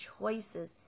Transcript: choices